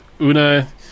Una